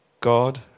God